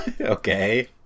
Okay